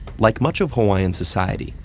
like much of hawaiian society,